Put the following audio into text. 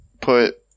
put